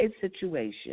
situation